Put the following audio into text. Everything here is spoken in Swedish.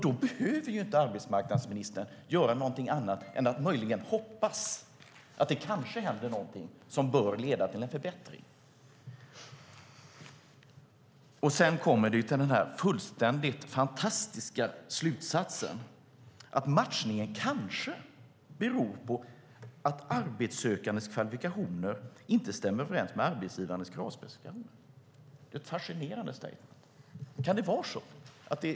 Då behöver arbetsmarknadsministern inte göra något annat än att möjligen hoppas att det kanske händer något som bör leda till en förbättring. Sedan kommer den fullständigt fantastiska slutsatsen att den försämrade matchningen kanske beror på att de arbetssökandes kvalifikationer inte stämmer överens med arbetsgivarnas kravspecifikation. Det är ett fascinerande uttalande.